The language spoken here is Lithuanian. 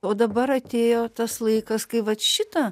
o dabar atėjo tas laikas kai vat šitą